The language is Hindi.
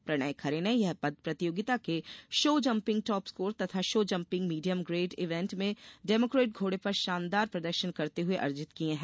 प्रणय खरे ने यह पद प्रतियोगिता के शो जंपिंग टॉप स्कोर तथा show jumping medium grade event में डेमोक्रेट घोड़े पर शानदार प्रदर्शन करते हुए अर्जित किये हैं